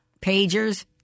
pagers